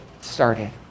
started